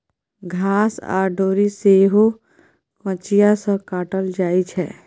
घास आ डोरी सेहो कचिया सँ काटल जाइ छै